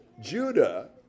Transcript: Judah